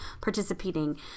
participating